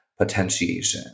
potentiation